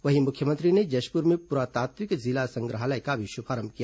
वहीं मुख्यमंत्री ने जशपुर में पुरातात्विक जिला संग्रहालय का भी शुभारंभ किया